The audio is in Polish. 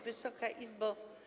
Wysoka Izbo!